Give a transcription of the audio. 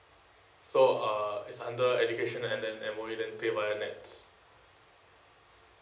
so uh it's under educational and then M_O_E then pay via nets